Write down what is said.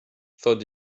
thought